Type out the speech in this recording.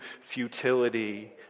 futility